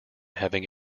having